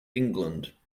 england